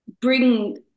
bring